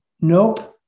Nope